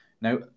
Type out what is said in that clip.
Now